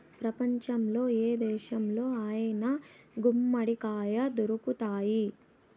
ప్రపంచంలో ఏ దేశంలో అయినా గుమ్మడికాయ దొరుకుతాయి